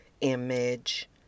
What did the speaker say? image